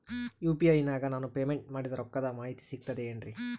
UPI ನಾಗ ನಾನು payment ಮಾಡಿದ ರೊಕ್ಕದ ಮಾಹಿತಿ ಸಿಕ್ತದೆ ಏನ್ರಿ?